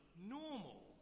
normal